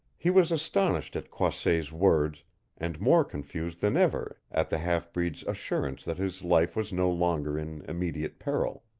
he was astonished at croisset's words and more confused than ever at the half-breed's assurance that his life was no longer in immediate peril.